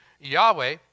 Yahweh